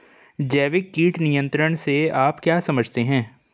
जैविक कीट नियंत्रण से आप क्या समझते हैं?